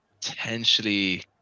potentially